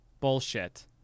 bullshit